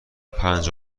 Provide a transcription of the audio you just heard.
پنج